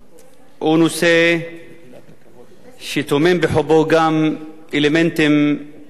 הוא נושא שטומן בחובו גם אלמנטים פוליטיים,